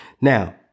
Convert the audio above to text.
Now